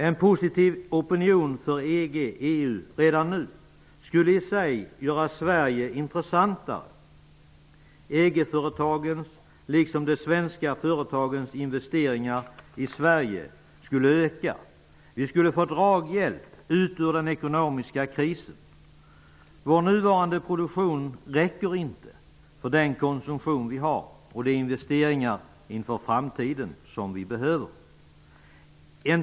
En positiv opinion för EG/EU redan nu skulle i sig göra Sverige intressantare. EG-företagens, liksom de svenska företagens, investeringar i Sverige skulle öka. Vi skulle få draghjälp så att vi kan ta oss ut ur den ekonomiska krisen. Vår nuvarande produktion räcker inte för vår konsumtion och för de investeringar inför framtiden som vi behöver.